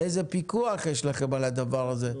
איזה פיקוח יש לכם על הדבר הזה?